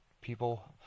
people